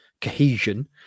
cohesion